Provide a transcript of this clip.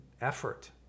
effort